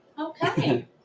okay